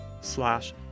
slash